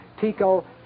Tico